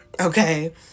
Okay